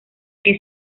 que